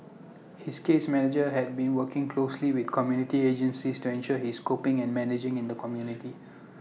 his case manager had been working closely with community agencies to ensure he is coping and managing in the community